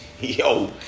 yo